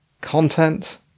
content